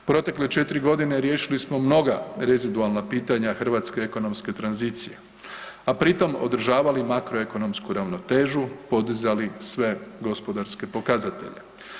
U protekle 4.g. riješili smo mnoga rezidualna pitanja hrvatske ekonomske tranzicije, a pri tom održavali makroekonomsku ravnotežu, podizali sve gospodarske pokazatelje.